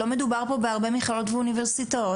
לא מדובר פה בהרבה מכללות ואוניברסיטאות,